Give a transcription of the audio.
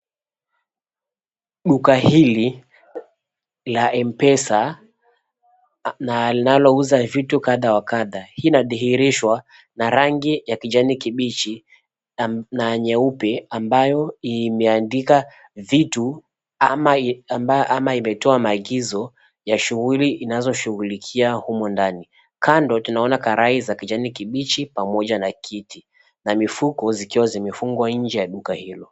Duka hili la M-pesa na linalouza vitu kadha wa kadha. Hii inadhihirishwa na rangi ya kijani kibichi na nyeupe ambayo imeandika vitu ama imetoa maagizo ya shughuli inazoshughulikia humo ndani. Kando tunaona karai za kijani kibichi pamoja na kiti na mifuko zikiwa zimefungwa nje ya duka hilo.